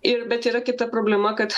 ir bet yra kita problema kad